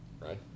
right